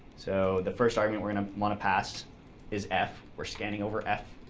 so the first argument we're going to want to pass is f. we're scanning over f.